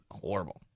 Horrible